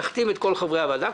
נחתים את כל חברי הוועדה,